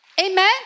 Amen